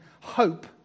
hope